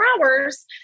hours